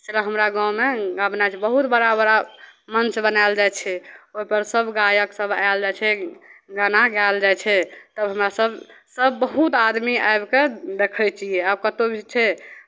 सभटा हमरा गाँवमे गओनाइ बहुत बड़ा बड़ा मंच बनायल जाइ छै ओहिपर सभ गायकसभ आयल जाइ छै गाना गायल जाइ छै तब हमरासभ सभ बहुत आदमी आबि कऽ देखै छियै आब कतहु भी छै